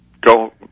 go